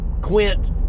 Quint